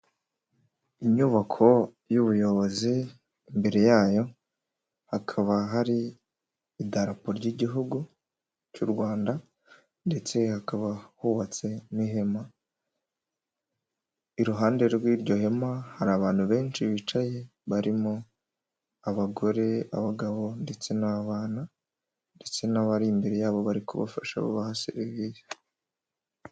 Inyubako y'ubuyobozi imbere yayo hakaba hari idarapo ry'igihugu cy'u Rwanda ndetse hakaba hubatse n'ihema, iruhande rw'iryo hema hari abantu benshi bicaye barimo abagore, abagabo ndetse n'abana, ndetse n'abari imbere yabo bari kubafasha babaha serivisi.